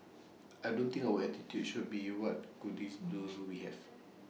I don't think our attitude should be what goodies do we have